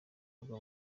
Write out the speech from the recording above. rugo